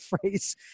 phrase